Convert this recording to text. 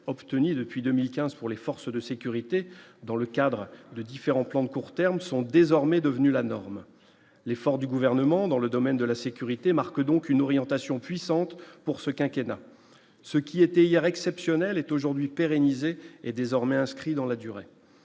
obtenus depuis 2015 pour les forces de sécurité dans le cadre de différents plans de court terme sont désormais devenus la norme l'effort du gouvernement dans le domaine de la sécurité marque donc une orientation puissante pour ce quinquennat ce qui était hier exceptionnel est aujourd'hui est désormais inscrit dans la durée,